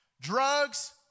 drugs